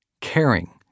caring